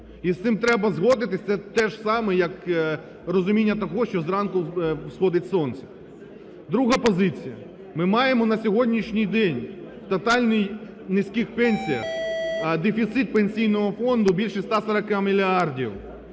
І з цим треба згодитись, це теж саме, як розуміння того, що зранку сходить сонце. Друга позиція. Ми маємо на сьогоднішній день тотально низькі пенсії, дефіцит Пенсійного фонду більше 140 мільярдів.